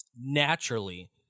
Naturally